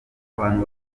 abantu